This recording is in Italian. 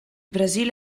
brasile